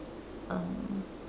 uh